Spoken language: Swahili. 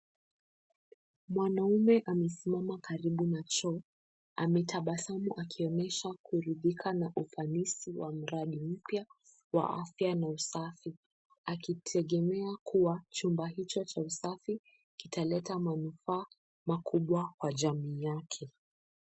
Mwanaume amesimama karibu na choo. Ametabasamu akionyesha kuridhika na ufanisi wa mradi mpya wa afya na usafi akitegemea kuwa chumba hicho cha usafi kitaleta manufaa makubwa kwa jamii yake.